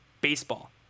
baseball